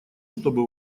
чтобы